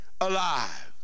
alive